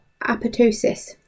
apoptosis